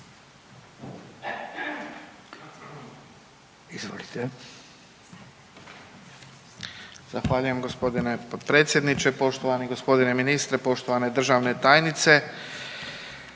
(HDZ)** Zahvaljujem gospodine potpredsjedniče. Poštovani gospodine ministre, poštovane državne tajnice,